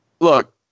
Look